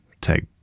take